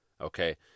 Okay